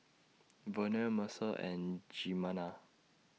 Vonnie Mercer and Jimena